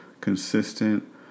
consistent